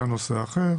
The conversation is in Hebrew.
שזה נושא אחר,